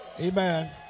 Amen